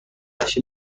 نشه